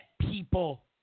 people